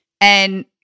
And-